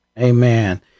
Amen